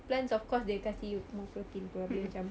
plants of course dia kasi more protein kalau dia macam